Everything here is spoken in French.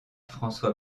françois